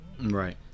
Right